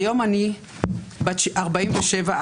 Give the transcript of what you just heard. היום אני בת 47,